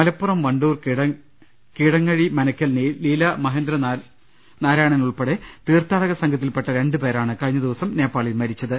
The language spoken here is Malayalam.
മലപ്പുറം വണ്ടൂർ കിടങ്ങഴി മനയ്ക്കൽ ലീലാ മഹേന്ദ്ര നാരായണൻ ഉൾപ്പെടെ തീർത്ഥാടക സംഘത്തിൽപ്പെട്ട രണ്ട് പേരാണ് കഴിഞ്ഞ ദിവസം നേപ്പാ ളിൽ മരിച്ചത്